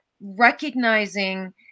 recognizing